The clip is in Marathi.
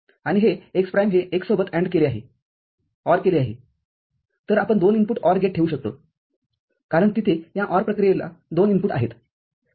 आणि हे x प्राइम हे x सोबत ANDकेले आहे ORकेले आहे तरआपण दोन इनपुट OR गेटठेवू शकतो कारण तिथे या OR प्रक्रियेला दोन इनपुटआहेत